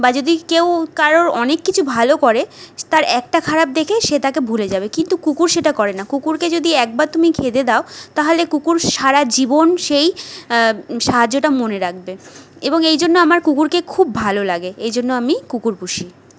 বা কেউ যদি কারো অনেক কিছু ভালো করে তার একটা খারাপ দেখে সে তাকে ভুলে যাবে কিন্তু কুকুর সেটা করে না কুকুরকে যদি একবার তুমি খেতে দাও তাহলে কুকুর সারা জীবন সেই সাহায্যটা মনে রাখবে এবং এই জন্য আমার কুকুরকে খুব ভালো লাগে এই জন্য আমি কুকুর পুষি